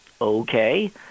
okay